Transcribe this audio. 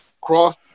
cross